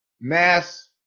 mass